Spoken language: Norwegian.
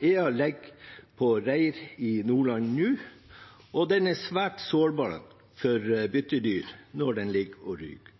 på egg i reir i Nordland nå, og de er svært sårbare for byttedyr når de ligger og ruger.